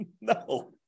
No